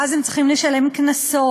ואז הם צריכים לשלם קנסות,